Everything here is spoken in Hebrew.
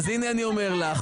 הנה אני אומר לך,